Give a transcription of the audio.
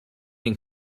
این